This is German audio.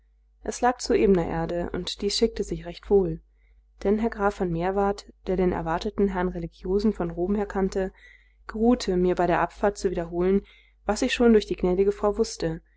es lag zur ebenen erde und dies schickte sich recht wohl denn herr graf von meerwarth der den erwarteten herrn religiosen von rom her kannte geruhte mir bei der abfahrt zu wiederholen was ich schon durch die gnädige frau wußte